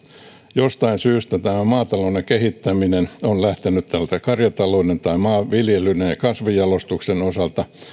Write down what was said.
jostain syystä maatalouden kehittäminen on lähtenyt karjatalouden tai maanviljelyn ja ja kasvinjalostuksen osalta